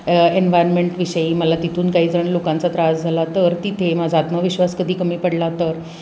एन्व्हायर्मेंटविषयी मला तिथून काहीजण लोकांचा त्रास झाला तर तिथे माझा आत्मविश्वास कधी कमी पडला तर